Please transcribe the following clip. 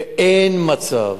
ואין מצב,